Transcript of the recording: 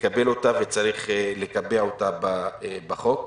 לקבל וצריך לקבע אותה בחוק.